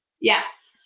Yes